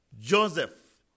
Joseph